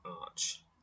arch